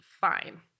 fine